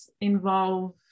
involved